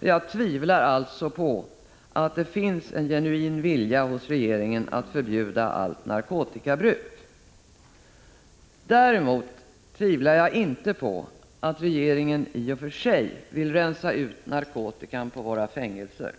Jag tvivlar alltså på att det finns en genuin vilja hos regeringen att förbjuda allt narkotikabruk. Däremot tvivlar jag inte på att regeringen i och för sig vill rensa ut narkotikan på våra fängelser.